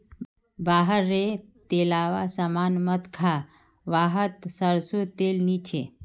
बाहर रे तेलावा सामान मत खा वाहत सरसों तेल नी छे